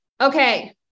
Okay